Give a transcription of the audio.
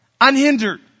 unhindered